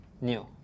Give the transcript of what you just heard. new